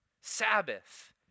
sabbath